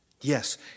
Yes